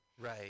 Right